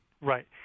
Right